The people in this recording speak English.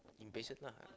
impatient lah